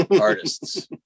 artists